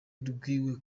rwiwe